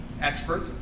expert